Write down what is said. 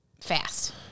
fast